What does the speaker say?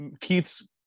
Keith's